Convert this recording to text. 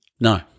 No